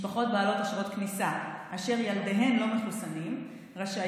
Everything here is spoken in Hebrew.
משפחות בעלות אשרות כניסה אשר ילדיהן לא מחוסנים רשאיות